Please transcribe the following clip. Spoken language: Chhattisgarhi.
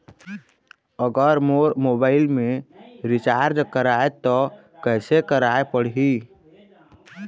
अगर मोर मोबाइल मे रिचार्ज कराए त कैसे कराए पड़ही?